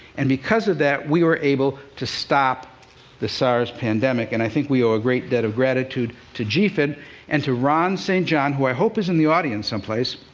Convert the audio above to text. and because of that, we were able to stop the sars pandemic. and i think we owe a great debt of gratitude to gphin and to ron st. john, who i hope is in the audience some place